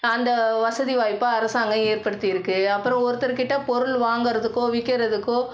அந்த வசதி வாய்ப்பை அரசாங்கம் ஏற்படுத்தியிருக்கு அப்புறம் ஒருத்தர்க்கிட்ட பொருள் வாங்குறதுக்கோ விற்கிறதுக்கோ